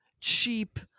cheap